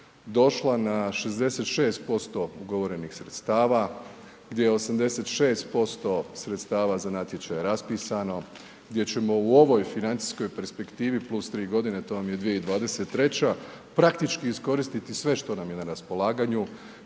došla na 66% ugovorenih sredstava gdje je 86% sredstava za natječaj raspisano, gdje ćemo u ovoj financijskoj perspektivi plus 3 godine, to vam je 2023. praktički iskoristiti sve što nam je na raspolaganju,